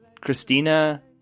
christina